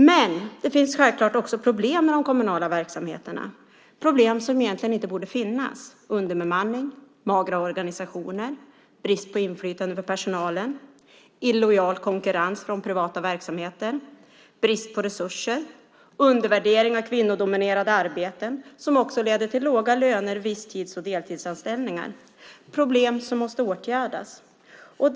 Men det finns självklart också problem med de kommunala verksamheterna, problem som egentligen inte borde finnas, nämligen underbemanning, magra organisationer, brist på inflytande för personalen, illojal konkurrens från privata verksamheter, brist på resurser och undervärdering av kvinnodominerade arbeten som också leder till låga löner och visstids och deltidsanställningar. Det är problem som måste åtgärdas. Herr talman!